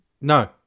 No